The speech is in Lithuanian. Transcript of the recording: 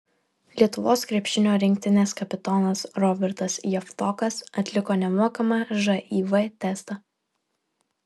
lietuvos krepšinio rinktinės kapitonas robertas javtokas atliko nemokamą živ testą